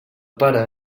pare